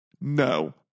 No